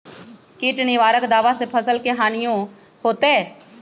किट निवारक दावा से फसल के हानियों होतै?